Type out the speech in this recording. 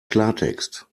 klartext